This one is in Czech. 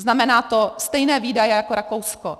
Znamená to stejné výdaje jako Rakousko.